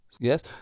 yes